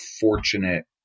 fortunate